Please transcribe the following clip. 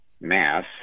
mass